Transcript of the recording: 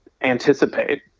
anticipate